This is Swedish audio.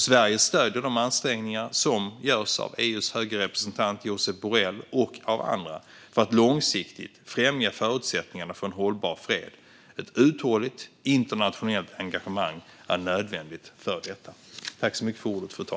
Sverige stöder de ansträngningar som görs av EU:s höge representant Josep Borrell och av andra för att långsiktigt främja förutsättningarna för en hållbar fred. Ett uthålligt internationellt engagemang är nödvändigt för detta.